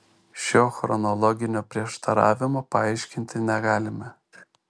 šio chronologinio prieštaravimo paaiškinti negalime